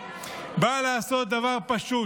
באה לעשות דבר פשוט: